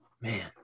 man